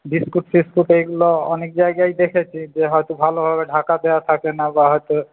biscuit ফিস্কুট এইগুলো অনেক জায়গায় দেখেছি যে হয়ত ভালোভাবে ঢাকা দেওয়া থাকে না বা হয়ত